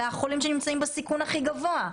אלה החולים שנמצאים בסיכון הכי גבוה.